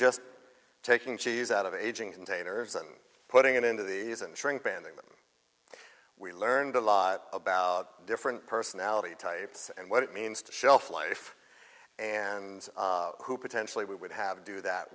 taking cheese out of aging containers and putting it into the shrink banning them we learned a lot about different personality types and what it means to shelf life and who potentially would have to do that